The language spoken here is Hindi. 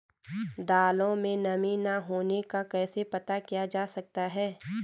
दालों में नमी न होने का कैसे पता किया जा सकता है?